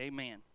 Amen